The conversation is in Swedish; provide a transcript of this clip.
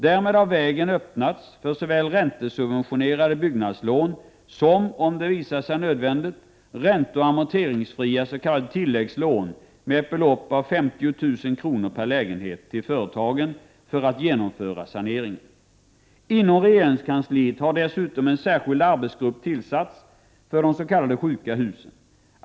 Därmed har vägen öppnats för såväl räntesubventionerade byggnadslån som — om det visar sig nödvändigt — ränteoch amorteringsfria s.k. tilläggslån på ett belopp av 50 000 kr. per lägenhet till företagen för att genomföra saneringen. Inom regeringskansliet har dessutom en särskild arbetsgrupp tillsatts för de s.k. sjuka husen.